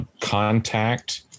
contact